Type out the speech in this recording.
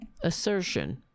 assertion